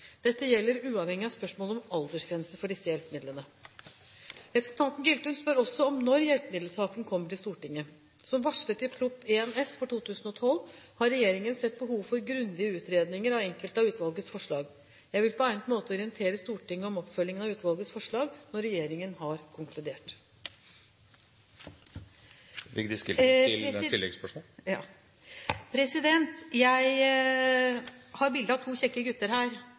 Dette gjelder uavhengig av spørsmålet om aldersgrense for disse hjelpemidlene. Representanten Giltun spør også om når hjelpemiddelsaken kommer til Stortinget. Som varslet i Prop. 1 S for 2011–2012 har regjeringen sett behov for grundigere utredninger av enkelte av utvalgets forslag. Jeg vil på egnet måte orientere Stortinget om oppfølgingen av utvalgets forslag når regjeringen har konkludert. Jeg har et bilde av to kjekke gutter her.